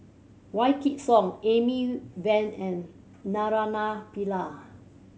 Wykidd Song Amy Van and Naraina Pillai